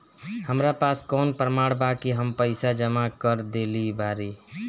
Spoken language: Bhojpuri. हमरा पास कौन प्रमाण बा कि हम पईसा जमा कर देली बारी?